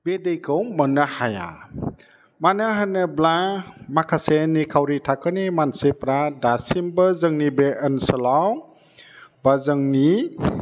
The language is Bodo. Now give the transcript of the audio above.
बे दैखौ मोननो हाया मानो होनोब्ला माखासे निखावरि थाखोनि मानसिफ्रा दासिमबो जोंनि बे ओनसोलाव बा जोंनि